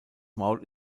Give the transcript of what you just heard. maul